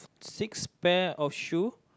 six pair of shoe